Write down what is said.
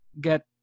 get